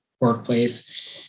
workplace